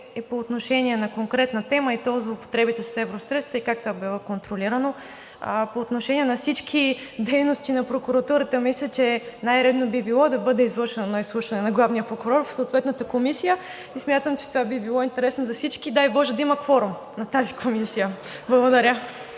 е по отношение на конкретна тема, и то злоупотребите с евросредства и как това бива контролирано. По отношение на всички дейности на прокуратурата мисля, че най-редно би било да бъде извършено едно изслушване на главния прокурор в съответната комисия. Смятам, че това би било интересно за всички и дай боже да има кворум на този комисия. Благодаря.